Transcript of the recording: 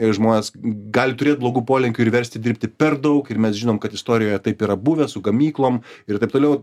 ir žmonės gali turėt blogų polinkių ir versti dirbti per daug ir mes žinom kad istorijoje taip yra buvę su gamyklom ir taip toliau